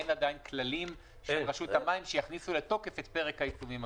אין עדיין כללים של רשות המים שיכניסו לתוקף את פרק העיצומים הכלכליים.